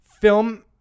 film